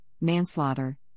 manslaughter